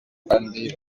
kandi